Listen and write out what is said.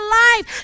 life